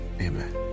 amen